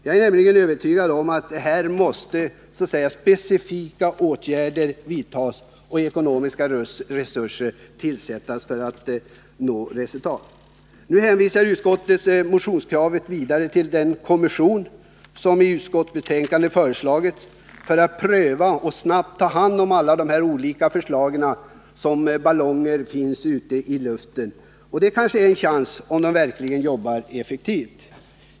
Jag är nämligen övertygad om att här måste specifika åtgärder vidtas och ekonomiska resurser ställas till förfogande för att vi skall kunna nå ett gott resultat. Nu hänvisar utskottet motionskravet vidare till den kommission som i utskottsbetänkandet föreslagits för att pröva och ta hand om alla de olika förslag som just nu likt ballonger kretsar i luften. Det kanske är en chans, om kommissionen verkligen jobbar effektivt.